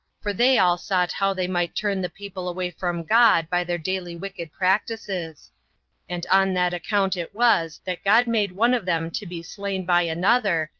for they all sought how they might turn the people away from god by their daily wicked practices and on that account it was that god made one of them to be slain by another,